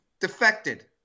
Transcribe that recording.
defected